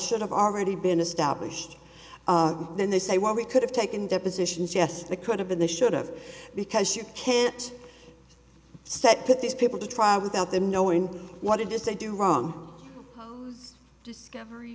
should have already been established then they say well we could have taken depositions yes they could have been they should have because you can't set put these people to trial without them knowing what it is they do wrong discovery